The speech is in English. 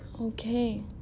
Okay